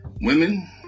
Women